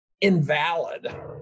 invalid